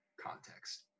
context